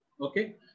Okay